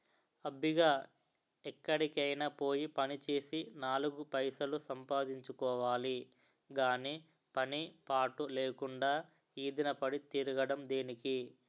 అబ్బిగా ఎక్కడికైనా పోయి పనిచేసి నాలుగు పైసలు సంపాదించుకోవాలి గాని పని పాటు లేకుండా ఈదిన పడి తిరగడం దేనికి?